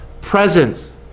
presence